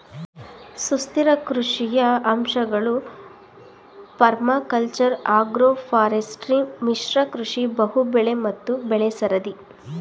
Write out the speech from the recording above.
ಸುಸ್ಥಿರ ಕೃಷಿಯ ಅಂಶಗಳು ಪರ್ಮಾಕಲ್ಚರ್ ಅಗ್ರೋಫಾರೆಸ್ಟ್ರಿ ಮಿಶ್ರ ಕೃಷಿ ಬಹುಬೆಳೆ ಮತ್ತು ಬೆಳೆಸರದಿ